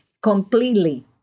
completely